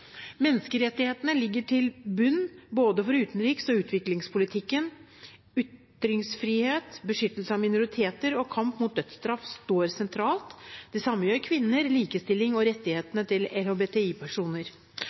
Menneskerettighetene ligger i bunnen for både utenriks- og utviklingspolitikken. Ytringsfrihet, beskyttelse av minoriteter og kamp mot dødsstraff står sentralt. Det samme gjør kvinner, likestilling og